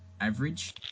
average